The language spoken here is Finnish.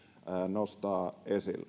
nostaa esille